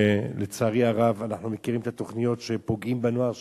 כשלצערי הרב אנחנו מכירים את התוכניות שפוגעות בנוער שלנו.